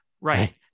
Right